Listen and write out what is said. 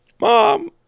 Mom